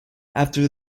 after